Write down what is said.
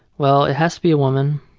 well it has to be a woman.